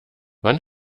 wann